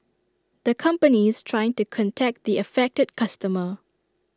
the company is trying to contact the affected customer